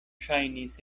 ŝajnis